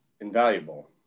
invaluable